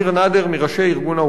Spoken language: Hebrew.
מראשי ארגון העובדים 'מען'